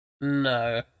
No